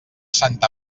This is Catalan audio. santa